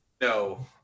No